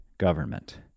government